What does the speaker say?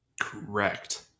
Correct